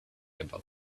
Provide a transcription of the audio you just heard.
about